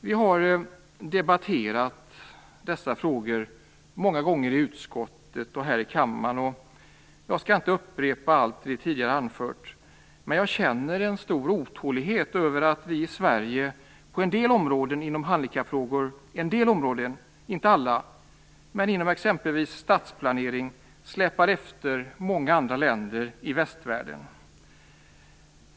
Denna fråga har debatterats många gånger i utskottet liksom här i kammaren, och jag skall inte upprepa allt som tidigare har anförts. Men jag känner en stor otålighet över att vi i Sverige på en del områden som gäller handikappfrågor - inte alla - exempelvis stadsplanering, släpar efter många andra länder i västvärlden.